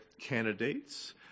candidates